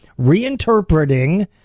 reinterpreting